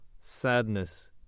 sadness